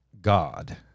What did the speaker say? God